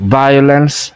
violence